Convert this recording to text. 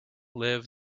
live